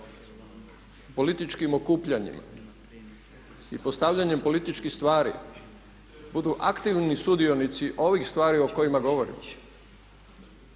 političkim okupljanjima i postavljanjem političkih stvari budu aktivni sudionici ovih stvari o kojima govorimo